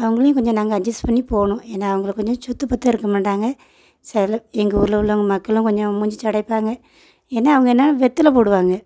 அவர்களையும் கொஞ்சம் நாங்கள் அட்ஜஸ்ட் பண்ணி போகணும் ஏன்னால் அவங்க கொஞ்சம் சுத்த பத்தமா இருக்க மாட்டாங்க சில எங்கள் ஊரில் உள்ள மக்களும் கொஞ்சம் மூஞ்சி சொடைப்பாங்க என்ன அவங்க என்ன வெற்றில போடுவாங்க